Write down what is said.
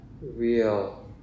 real